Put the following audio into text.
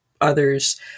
others